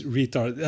retard